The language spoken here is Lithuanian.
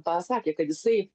pasakė kad jisai